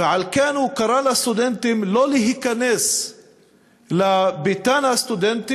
ועל כן הוא קרא לסטודנטים לא להיכנס לביתן הסטודנטים